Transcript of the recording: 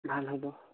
ভাল হ'ব